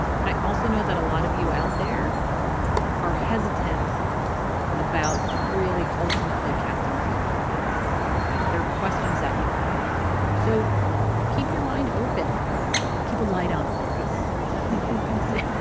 but i also know that a lot of you out there are hesitant about really ultimately casting a vote for one of these three. right. there questions that you have so keep your mind open keep a light on for us when say